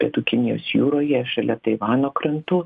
pietų kinijos jūroje šalia taivano krantų